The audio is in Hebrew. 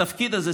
התפקיד הזה,